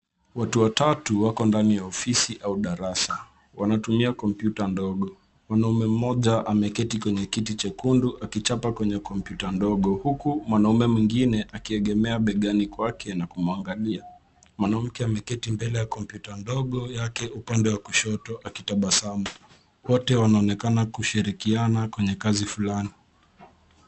Watu watatu wamo ndani ya ofisi au darasa. Wanatumia kompyuta ndogo. Mwanaume mmoja ameketi kwenye kiti chekundu, akichapa kwenye kompyuta ndogo. Huku mwanaume mwingine akiegemea begani kwake na kumwagilia. Mwanamke ameketi mbele ya kompyuta ndogo yake, upande wake wa kushoto, anatabasamu. Wote wanaonekana kushirikiana kwenye kazi fulani.